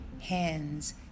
hands